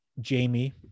Jamie